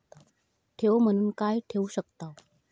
ठेव म्हणून काय ठेवू शकताव?